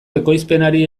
ekoizpenari